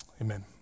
amen